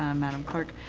um madam clerk,